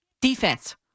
Defense